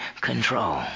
control